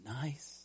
nice